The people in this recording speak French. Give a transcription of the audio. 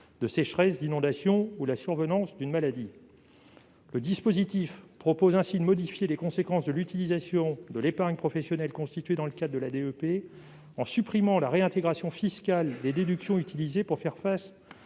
de sécheresse, d'inondation ou la survenance d'une maladie. Le dispositif vise ainsi à modifier les conséquences de l'utilisation de l'épargne professionnelle constituée dans le cadre de la DEP, en supprimant la réintégration fiscale des déductions utilisées pour faire face